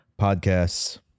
podcasts